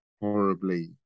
horribly